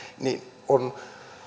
on